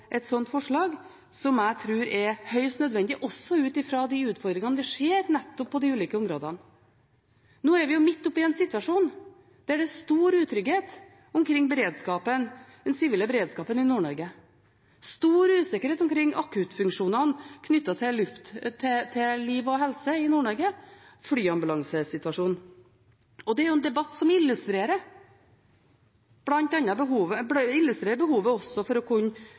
et sånt forslag, som jeg tror er høyst nødvendig også ut fra de utfordringene vi ser nettopp på de ulike områdene. Nå er vi midt oppe i en situasjon hvor det er stor utrygghet omkring den sivile beredskapen i Nord-Norge, stor usikkerhet omkring akuttfunksjonene knyttet til liv og helse i Nord-Norge – flyambulansesituasjonen. Det er en debatt som illustrerer behovet for også å kunne ha en totalberedskapskommisjon som kan se dette på et helhetlig grunnlag og også